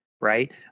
right